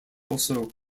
also